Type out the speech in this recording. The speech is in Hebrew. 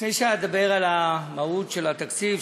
לפני שאדבר על המהות של התקציב,